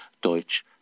Deutsch